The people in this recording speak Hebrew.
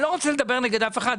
אני לא רוצה לדבר נגד אף אחד.